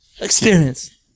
Experience